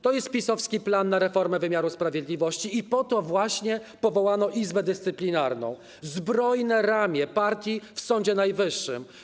To jest PiS-owski plan na reformę wydziału sprawiedliwości i po to właśnie powołano Izbę Dyscyplinarną - zbrojne ramię partii w Sądzie Najwyższym.